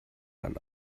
dann